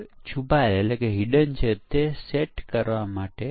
તો હવે કંપની અથવા પરીક્ષણ મેનેજર કેવી રીતે પરીક્ષણ પ્રયત્નોની યોજના કરશે